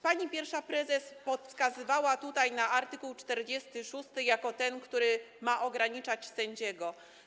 Pani pierwsza prezes wskazywała tutaj na art. 46 jako ten, który ma ograniczać sędziego.